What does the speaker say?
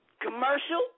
Commercial